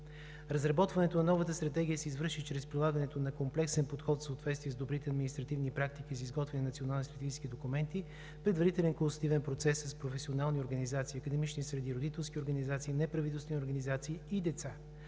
Разработването на Новата стратегия се извърши чрез прилагането на комплексен подход в съответствие с добрите административни практики за изготвяне на национални стратегически документи, предварителен консултативен процес с професионални организации, академични среди, родителски организации, неправителствени организации и деца.